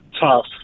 tough